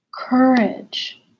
courage